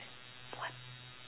what